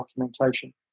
documentation